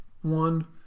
One